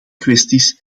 kwesties